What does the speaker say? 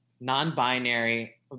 non-binary